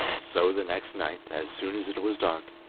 so the next night, as soon as it was dark,